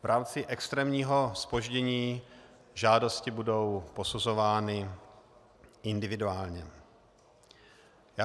V rámci extrémního zpoždění žádosti budou posuzovány individuálně.